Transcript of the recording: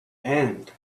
and